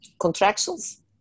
contractions